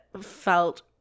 felt